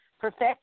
perfect